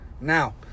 Now